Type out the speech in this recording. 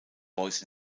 boys